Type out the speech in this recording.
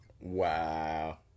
Wow